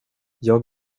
jag